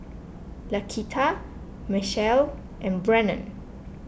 Laquita Mechelle and Brannon